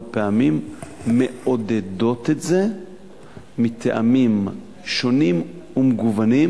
פעמים מעודדות את זה מטעמים שונים ומגוונים,